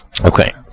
Okay